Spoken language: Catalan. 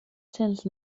cents